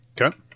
Okay